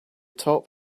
top